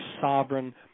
sovereign